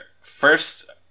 first